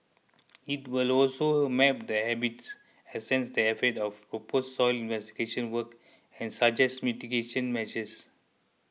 it will also map the habits assess the effects of proposed soil investigation works and suggest mitigating measures